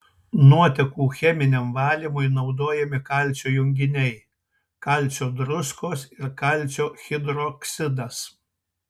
nuotekų cheminiam valymui naudojami kalcio junginiai kalcio druskos ir kalcio hidroksidas